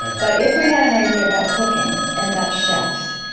but if we had an idea about cooking and about chefs,